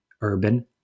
urban